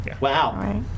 Wow